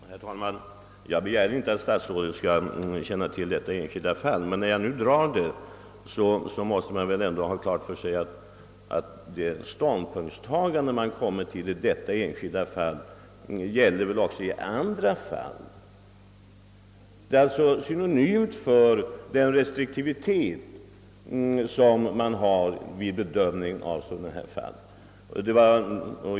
Herr talman! Jag begär inte att statsrådet skall känna till detta enskilda fall, men vi måste väl ha klart för oss att den ståndpunkt SJ intagit i detta sammanhang också gäller i andra fall. Den är alltså typisk för den restriktivitet SJ visar vid bedömning av sådana frågor.